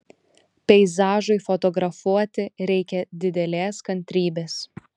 peizažui fotografuoti reikia didelės kantrybės